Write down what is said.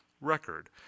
record